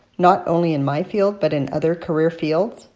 not only in my field but in other career fields?